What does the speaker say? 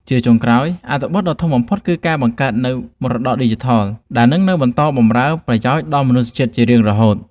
ជាចុងក្រោយ អត្ថប្រយោជន៍ដ៏ធំបំផុតគឺការបង្កើតនូវមរតកឌីជីថល ដែលនឹងនៅបន្តបម្រើប្រយោជន៍ដល់មនុស្សជាតិជារៀងរហូត។